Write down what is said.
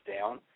down